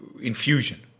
Infusion